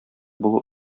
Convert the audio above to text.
булу